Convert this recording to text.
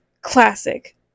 classic